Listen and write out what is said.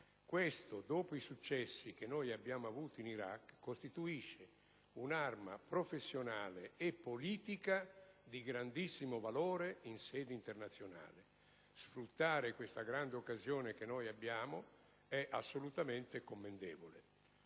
Questo, dopo i successi che noi abbiamo avuto in Iraq, costituisce un'arma professionale e politica di grandissimo valore in sede internazionale. Sfruttare questa grande occasione che abbiamo è assolutamente commendevole.